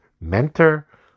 mentor